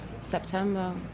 September